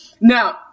now